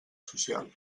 social